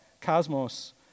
Cosmos